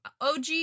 OG